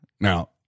Now